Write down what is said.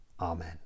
Amen